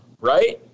right